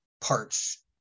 parts